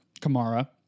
Kamara